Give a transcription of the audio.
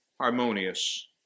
harmonious